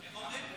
תָמֵנוּ.